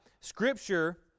Scripture